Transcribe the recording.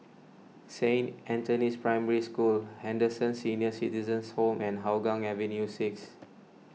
Saint Anthony's Primary School Henderson Senior Citizens' Home and Hougang Avenue six